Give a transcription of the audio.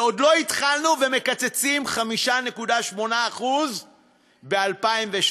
ועוד לא התחלנו, ומקצצים 5.8% ב-2017,